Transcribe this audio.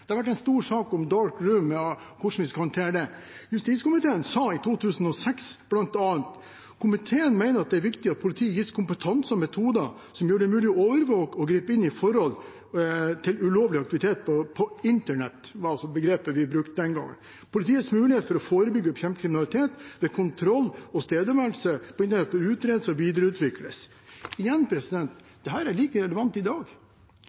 Det har vært en stor sak om «Dark Room» og hvordan vi skal håndtere det. Justiskomiteen sa i 2006 bl.a.: «Komiteen mener at det er viktig at politiet gis kompetanse og metoder som gjør det mulig å overvåke og gripe inn i forhold til ulovlig aktivitet på Internett» – som var begrepet vi brukte den gangen. Videre: «Politiets muligheter for å forebygge og bekjempe kriminalitet ved kontroll og tilstedeværelse på Internett bør utredes og videreutvikles.» Igjen: Dette er like relevant i dag.